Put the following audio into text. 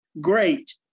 great